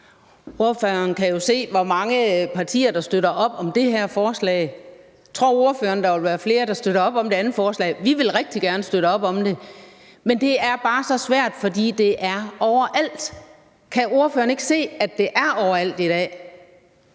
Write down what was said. Ordføreren kan jo se, hvor mange partier der støtter op om det her forslag. Tror ordføreren, at der vil være flere, der støtter op om det andet forslag? Vi vil rigtig gerne støtte op om det, men det er bare så svært, fordi det er overalt. Kan ordføreren ikke se, at det er overalt i dag?